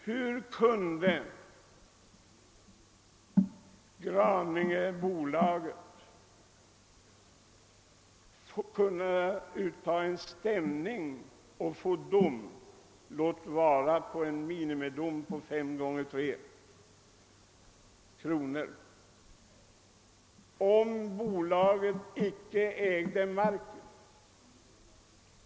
Hur kan Gra ningeverken ta ut stämning och få dom — låt vara en minimidom på 5x3 kronor —-— om bolaget icke ägde marken?